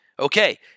Okay